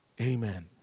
Amen